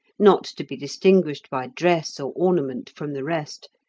not to be distinguished by dress or ornament from the rest,